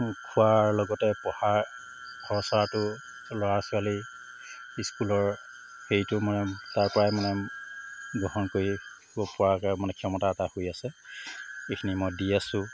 খোৱাৰ লগতে পঢ়াৰ খৰচাটো ল'ৰা ছোৱালী স্কুলৰ হেৰিটো মই তাৰপৰাই মানে বহন কৰিব পৰাকৈ মানে ক্ষমতা এটা হৈ আছে এইখিনি মই দি আছো